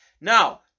Now